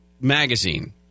magazine